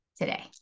today